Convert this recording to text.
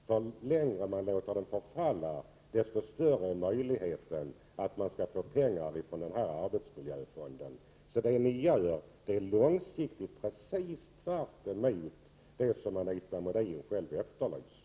Ju mer man låter dem förfalla, desto större blir möjligheten att få pengar ur arbetsmiljöfonden. Det ni gör är långsiktigt precis tvärtemot det som Anita Modin själv efterlyser.